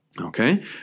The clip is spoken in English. Okay